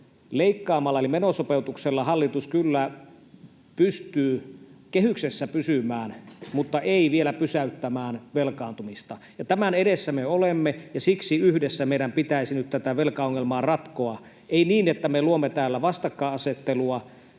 Leikkaamalla eli menosopeutuksella hallitus kyllä pystyy kehyksessä pysymään mutta ei vielä pysäyttämään velkaantumista. Tämän edessä me olemme, ja siksi yhdessä meidän pitäisi nyt tätä velkaongelmaa ratkoa, ei niin, että me luomme täällä vastakkainasettelua,